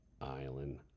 island